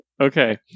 okay